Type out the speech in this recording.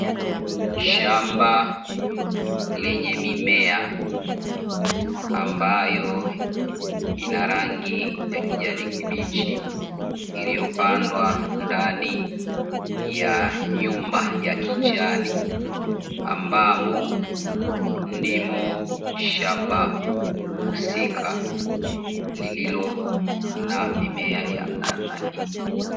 Shamba lenye mimea ambayo ina rangi ya kijani kibichi, iliyopandwa ndani ya nyumba ya kijani ambamo ndimo shamba husika lililo na mimea ya namna hii.